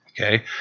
okay